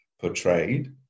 portrayed